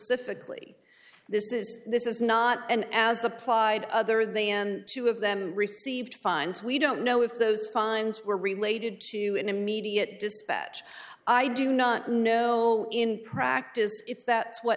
specifically this is this is not an as applied other than two of them received fines we don't know if those fines were related to an immediate dispatch i do not know in practice if that's what